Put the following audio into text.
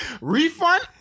refund